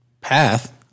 path